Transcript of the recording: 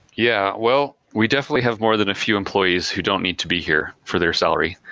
yeah. well, we definitely have more than a few employees who don't need to be here for their salary.